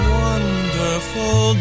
wonderful